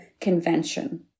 convention